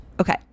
okay